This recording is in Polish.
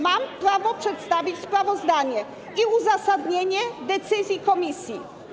Mam prawo przedstawić sprawozdanie i uzasadnienie decyzji komisji.